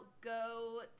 go